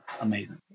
amazing